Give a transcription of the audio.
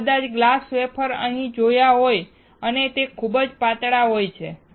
તમે કદાચ glass wafer નહીં જોયા હોય અને તે ખૂબ જ પાતળા હોય છે